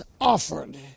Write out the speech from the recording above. offered